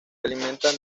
alimenta